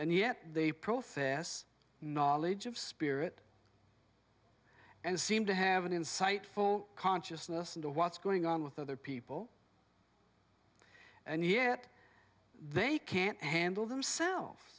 and yet they profess knowledge of spirit and seem to have an insight full consciousness into what's going on with other people and yet they can't handle themselves